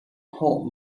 home